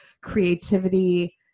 creativity